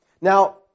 Now